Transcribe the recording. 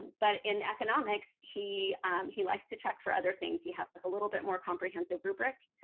but in economics, he he likes to check for other things. he has a little bit more comprehensive rubric.